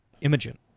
Imogen